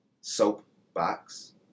soapbox